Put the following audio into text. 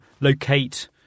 locate